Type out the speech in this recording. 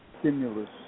stimulus